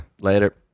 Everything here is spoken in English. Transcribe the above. Later